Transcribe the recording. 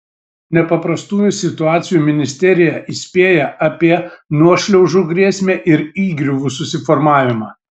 nepaprastųjų situacijų ministerija įspėja apie nuošliaužų grėsmę ir įgriuvų susiformavimą